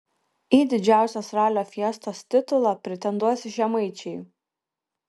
į didžiausios ralio fiestos titulą pretenduos žemaičiai